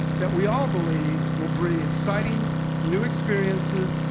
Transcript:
that we all believe, will bring exciting new experiences,